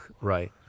Right